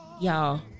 y'all